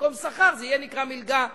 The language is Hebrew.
ובמקום שכר זה ייקרא "מלגה לסטודנט",